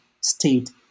state